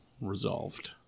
resolved